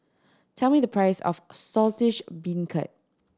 tell me the price of Saltish Beancurd